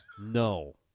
No